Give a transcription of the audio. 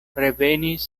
revenis